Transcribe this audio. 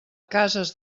cases